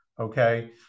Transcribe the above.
okay